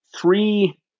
three